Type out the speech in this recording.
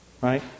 right